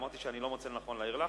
ואמרתי שאני לא מוצא לנכון להעיר לך.